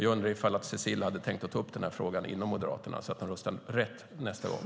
Jag undrar om Cecilie tänkt ta upp frågan inom Moderaterna så att de röstar rätt nästa gång.